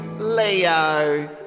Leo